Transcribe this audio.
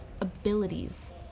abilities